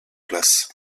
place